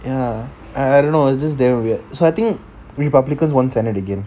ya I don't know it's just damn weird so I think republicans won senate again